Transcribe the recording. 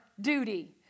duty